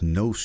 no